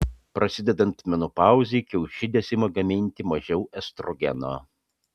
prasidedant menopauzei kiaušidės ima gaminti mažiau estrogeno